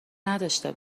نداشته